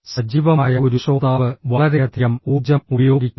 സജീവമായ ഒരു ശ്രോതാവ് വളരെയധികം ഊർജ്ജം ഉപയോഗിക്കുന്നു